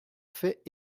fait